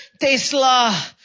Tesla